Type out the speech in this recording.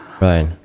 Right